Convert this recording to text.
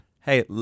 hey